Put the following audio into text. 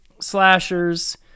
slashers